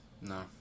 No